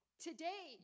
Today